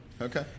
Okay